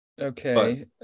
Okay